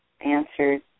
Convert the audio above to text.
answered